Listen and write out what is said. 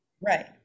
right